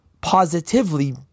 positively